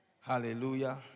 hallelujah